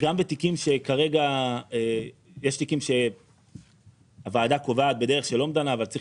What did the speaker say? יש תיקים שהוועדה קובעת בדרך של אומדנה אבל צריך